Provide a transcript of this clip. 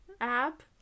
app